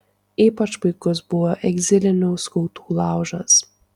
ypač puikus buvo egzilinių skautų laužas